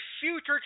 future